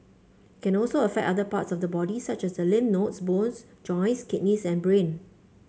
can also affect other parts of the body such as the lymph nodes bones joints kidneys and brain